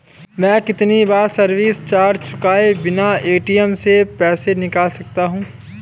मैं कितनी बार सर्विस चार्ज चुकाए बिना ए.टी.एम से पैसे निकाल सकता हूं?